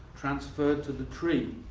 transferred to the tree,